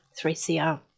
3CR